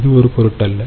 இது ஒரு பொருட்டல்ல